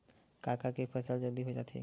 का का के फसल जल्दी हो जाथे?